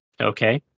okay